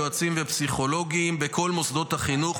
יועצים ופסיכולוגים בכל מוסדות החינוך,